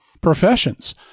professions